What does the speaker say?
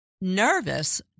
nervous